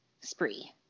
spree